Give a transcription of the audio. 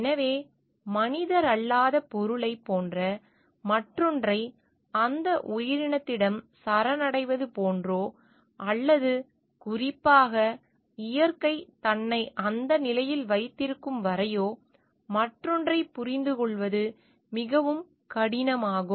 எனவே மனிதரல்லாத பொருளைப் போன்ற மற்றொன்றை அந்த உயிரினத்திடம் சரணடைவது போன்றோ அல்லது குறிப்பாக இயற்கை தன்னை அந்த நிலையில் வைத்திருக்கும் வரையோ மற்றொன்றைப் புரிந்துகொள்வது மிகவும் கடினம் ஆகும்